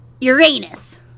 Uranus